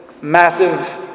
massive